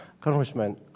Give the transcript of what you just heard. Congressman